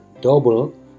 double